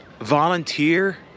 volunteer